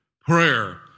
prayer